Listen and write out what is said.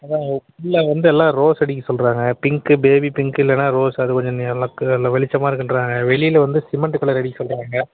அதுதாங்க உள்ளே வந்து எல்லாம் ரோஸ் அடிக்க சொல்கிறாங்க பிங்க்கு பேபி பிங்க்கு இல்லைன்னா ரோஸ் அது கொஞ்சம் நல்லா வெளிச்சமாக இருக்கும்னு சொல்கிறாங்க வெளியில் வந்து சிமெண்ட்டு கலர் அடிக்க சொல்கிறாங்க